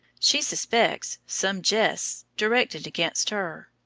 she suspects some jests directed against her,